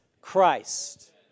Christ